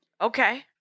Okay